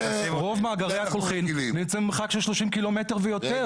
רוב מאגרי הקולחין נמצאים במרחק של 30 ק"מ ויותר.